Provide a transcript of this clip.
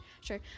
sure